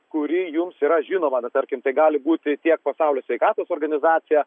kuri jums yra žinoma bet tarkim gali būti tiek pasaulio sveikatos organizacija